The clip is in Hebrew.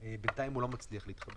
אבל בינתיים הוא לא מצליח להתחבר.